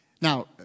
Now